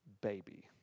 baby